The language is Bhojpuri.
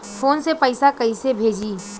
फोन से पैसा कैसे भेजी?